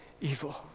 evil